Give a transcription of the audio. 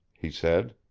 he said.